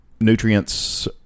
nutrients